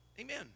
Amen